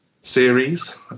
series